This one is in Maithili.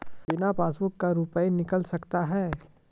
बिना पासबुक का रुपये निकल सकता हैं?